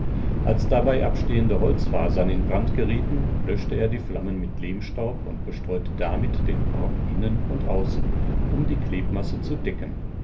als dabei abstehende holzfasern in brand gerieten löschte er die flammen mit lehmstaub und bestreute damit den korb innen und außen um die klebmasse zu decken